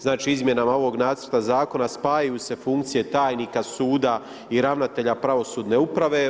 Znači izmjenama ovog Nacrta zakona spajaju se funkcije tajnika suda i ravnatelja pravosudne uprave.